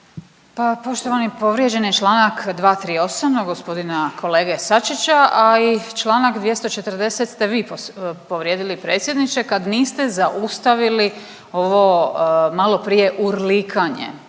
poštovani povrijeđen je čl. 238. od gospodina kolege Sačića, a i čl. 240. ste vi povrijedili predsjedniče kad niste zaustavili ovo maloprije urlikanje,